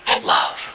love